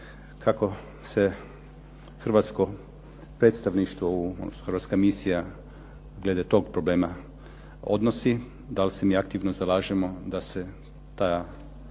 kako se hrvatsko predstavništvo, odnosno hrvatska misija glede toga problema odnosi? Da li se mi aktivno zalažemo da se ta blokada